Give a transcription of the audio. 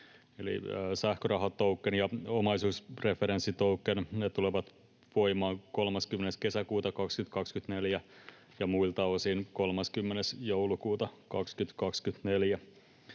eli sähkörahatokenin ja omaisuusreferenssitokenin osalta ne tulevat voimaan 30. kesäkuuta 2024 ja muilta osin 30. joulukuuta 2024.